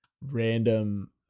random